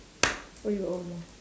oh you got one more